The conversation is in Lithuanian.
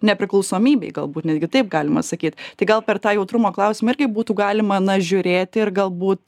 nepriklausomybei galbūt netgi taip galima sakyt tai gal per tą jautrumo klausimą irgi būtų galima na žiūrėti ir galbūt